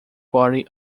party